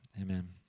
amen